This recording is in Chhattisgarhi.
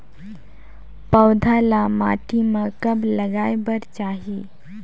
पौधा ल माटी म कब लगाए बर चाही?